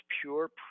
pure